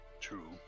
true